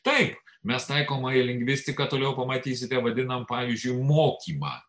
taip mes taikomąją lingvistiką toliau pamatysite vadiname pavyzdžiu mokymą